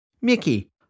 Mickey